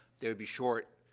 they would be short.